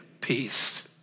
Peace